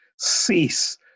Cease